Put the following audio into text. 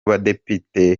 badepite